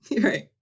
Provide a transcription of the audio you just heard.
Right